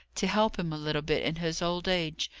to help him a little bit in his old age,